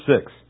six